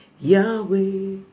Yahweh